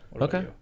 Okay